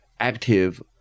Active